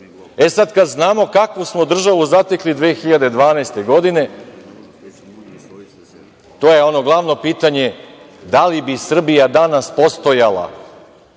kada znamo kakvu smo državu zatekli 2012. godine, to je ono glavno pitanje – da li bi Srbija danas postojala